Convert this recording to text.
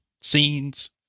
scenes